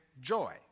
joy